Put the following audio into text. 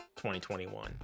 2021